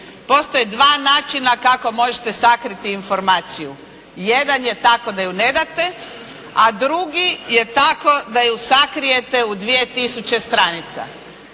Postoje dva načina kako možete sakriti informaciju. Jedan je tako da ju ne date, a drugi je tako da ju sakrijete u 2 tisuće stranica.